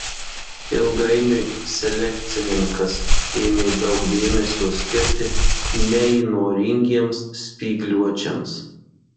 ilgainiui selekcininkas ėmė daug dėmesio skirti neįnoringiems spygliuočiams